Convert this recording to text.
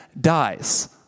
dies